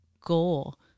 goal